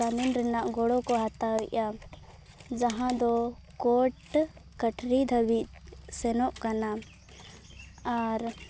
ᱠᱟᱱᱩᱱ ᱨᱮᱱᱟᱜ ᱜᱚᱲᱚ ᱠᱚ ᱦᱟᱛᱟᱣᱮᱫᱼᱟ ᱡᱟᱦᱟᱸ ᱫᱚ ᱠᱳᱴ ᱠᱟᱹᱪᱷᱟᱹᱨᱤ ᱫᱷᱟᱹᱵᱤᱡ ᱥᱮᱱᱚᱜ ᱠᱟᱱᱟ ᱟᱨ